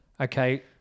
Okay